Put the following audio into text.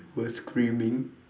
were screaming